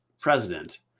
president